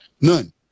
None